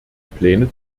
pläne